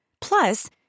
Plus